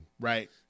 Right